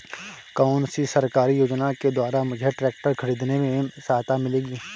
कौनसी सरकारी योजना के द्वारा मुझे ट्रैक्टर खरीदने में सहायता मिलेगी?